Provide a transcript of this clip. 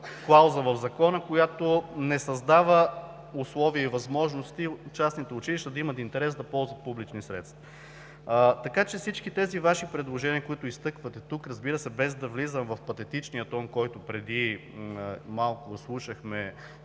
клауза, която не създава условия и възможности частните училища да имат интерес да ползват публични средства. Всички Ваши предложения, които изтъквате, разбира се, без да влизам в патетичния тон, който преди малко слушахме